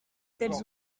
tels